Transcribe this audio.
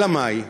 אלא מאי?